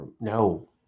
No